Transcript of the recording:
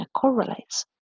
correlates